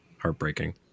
heartbreaking